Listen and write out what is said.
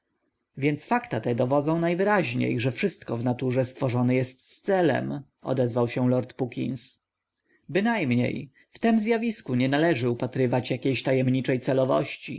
więc fakta te dowodzą najwyraźniej że wszystko w naturze stworzone jest z celem odezwał się lord puckins bynajmniej w tem zjawisku nie należy upatrywać jakiejś tajemniczej celowości